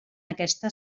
aquesta